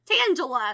Tangela